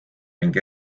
ning